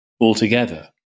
altogether